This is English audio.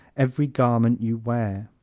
every garment you wear.